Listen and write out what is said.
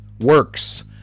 works